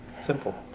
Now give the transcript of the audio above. Simple